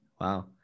wow